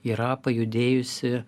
yra pajudėjusi